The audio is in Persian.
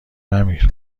نمیر